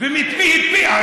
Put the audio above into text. ואת מי הפיל.